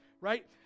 right